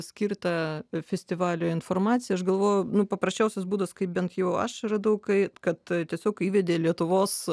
skirtą festivaliui informaciją aš galvoju nu paprasčiausias būdas kaip bent jau aš radau kai kad tiesiog įvedi lietuvos